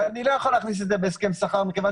אני לא יכול להכניס את זה בהסכם שכר מכיוון